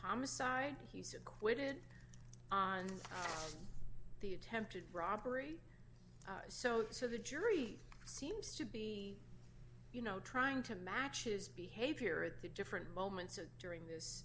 homicide he's acquitted on the attempted robbery so so the jury seems to be you know trying to match his behavior at the different moments and during this